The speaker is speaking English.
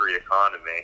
economy